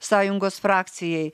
sąjungos frakcijai